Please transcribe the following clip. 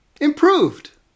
Improved